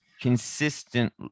consistent